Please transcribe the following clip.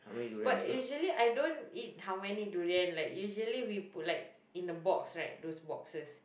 but usually I don't eat how many durian like usually we put like in a box right those boxes